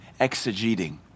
exegeting